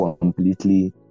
completely